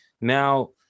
now